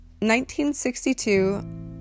1962